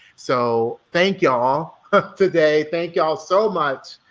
so thank you all today, thank you all so much.